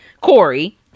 Corey